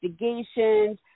investigations